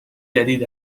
جدید